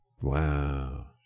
Wow